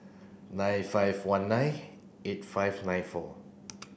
nine five one nine eight five nine four